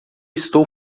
estou